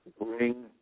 bring